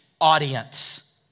audience